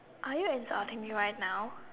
are you insulting me right now